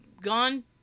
gone